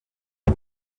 and